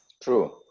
True